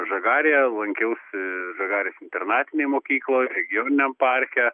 žagarėje lankiausi žagarės internatinėj mokykloj regijoniniam parke